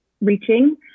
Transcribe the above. reaching